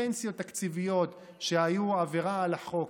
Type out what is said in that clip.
פנסיות תקציביות שהיו עבירה על החוק,